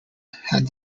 had